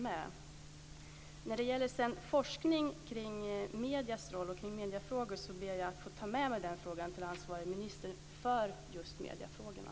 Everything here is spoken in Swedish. När det sedan gäller forskning kring mediernas roll och kring mediefrågor ber jag att få ta med mig den frågan till ansvarig minister för just mediefrågorna.